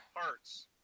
parts